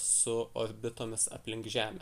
su orbitomis aplink žemę